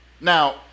Now